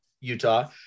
utah